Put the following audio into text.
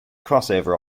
crossover